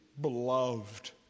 Beloved